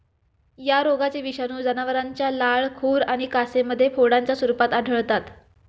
या रोगाचे विषाणू जनावरांच्या लाळ, खुर आणि कासेमध्ये फोडांच्या स्वरूपात आढळतात